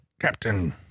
Captain